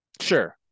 sure